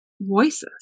voices